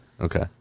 Okay